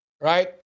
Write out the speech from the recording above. right